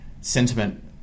Sentiment